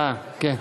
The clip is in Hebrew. אה, כן.